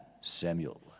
Samuel